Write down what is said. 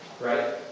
right